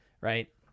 Right